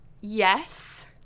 yes